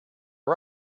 are